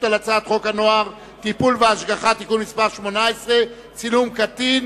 על הצעת חוק הנוער (טיפול והשגחה) (תיקון מס' 18) (צילום קטין),